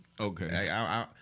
Okay